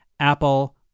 Apple